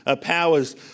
powers